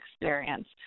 experience